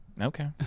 Okay